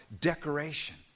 decoration